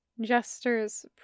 Jester's